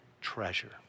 treasure